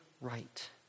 right